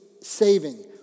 saving